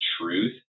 truth